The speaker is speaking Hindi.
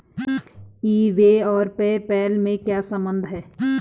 ई बे और पे पैल में क्या संबंध है?